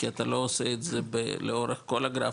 כי בסוף אתה לא עושה את זה לאורך כל הגרף,